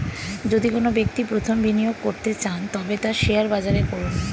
যদি কোনো ব্যক্তি প্রথম বিনিয়োগ করতে চান তবে তা শেয়ার বাজারে করুন